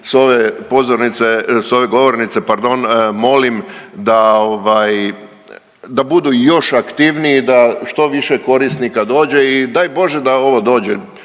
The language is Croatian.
s ove govornice, pardon, molim da ovaj da budu još aktivniji, da što više korisnika dođe i daj Bože da ovo dođe